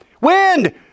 wind